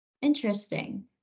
Interesting